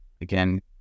again